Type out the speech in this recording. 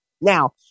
Now